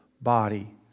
body